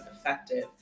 effective